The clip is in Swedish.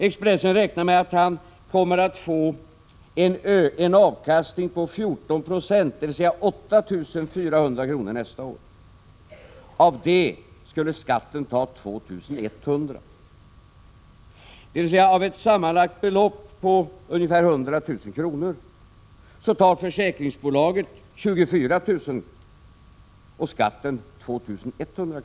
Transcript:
Expressen räknar med att han kommer att få en avkastning på 14 96, dvs. 8 400 kr. nästa år. Av det skulle skatten ta 2100 kr. Av ett sammanlagt belopp på ungefär 100 000 kr. tar alltså försäkringsbolaget 24 000 kr. och skatten 2 100 kr.